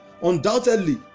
Undoubtedly